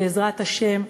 בעזרת השם,